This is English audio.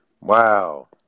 Wow